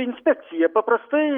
inspekcija paprastai